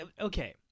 okay